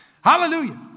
Hallelujah